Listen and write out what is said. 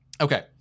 Okay